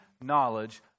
knowledge